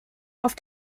auf